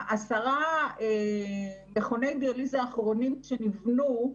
עשרת מכוני הדיאליזה האחרונים שנבנו,